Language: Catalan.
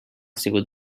sigut